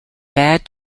bad